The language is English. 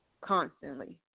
constantly